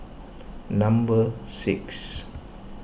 number six